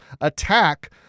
attack